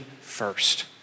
first